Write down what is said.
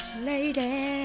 Lady